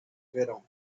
verão